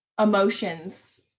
emotions